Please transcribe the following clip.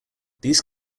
these